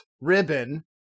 ribbon